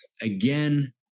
again